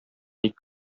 ике